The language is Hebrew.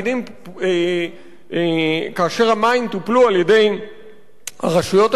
כאשר המים טופלו על-ידי הרשויות המקומיות,